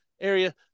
area